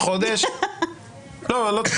החוק לא יעבור --- לא, לא, לא.